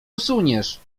usuniesz